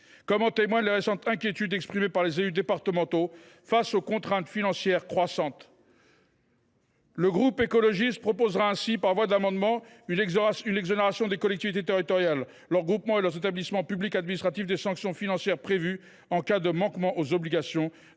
comme en témoignent les récentes inquiétudes exprimées par les élus départementaux face aux contraintes financières croissantes. Aussi, le groupe écologiste proposera par voie d’amendement une exonération des collectivités territoriales, de leurs groupements et de leurs établissements publics administratifs des sanctions financières prévues en cas de manquement aux obligations